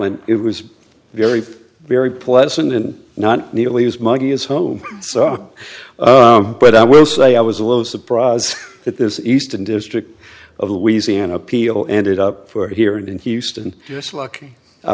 and it was very very pleasant and not nearly as monkey as home but i will say i was a little surprised that there's eastern district of louisiana appeal ended up for here in houston just lucky i